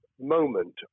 moment